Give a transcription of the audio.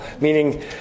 meaning